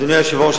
אדוני היושב-ראש,